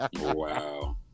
Wow